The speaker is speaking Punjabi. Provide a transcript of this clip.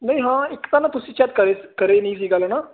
ਨਹੀਂ ਹਾਂ ਇੱਕ ਤਾਂ ਨਾ ਤੁਸੀਂ ਚੈੱਕ ਕਰੇ ਨਹੀਂ ਸੀ ਗੱਲ ਨਾ